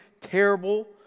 terrible